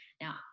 Now